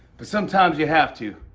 but sometimes, you have to.